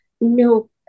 no